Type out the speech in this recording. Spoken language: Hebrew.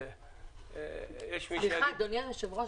סליחה אדוני היושב ראש,